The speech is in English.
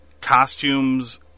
costumes